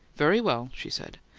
very well, she said.